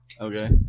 Okay